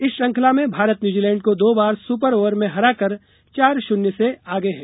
इस श्रंखला में भारत न्यूजीलैंड को दो बार सुपर ओवर में हराकर चार शून्य से आगे है